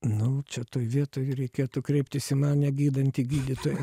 nu čia toj vietoj reikėtų kreiptis į mane gydantį gydytoją